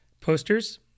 Posters